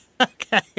Okay